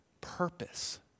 purpose